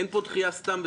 אין פה דחייה סתם,